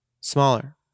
Smaller